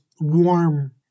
warm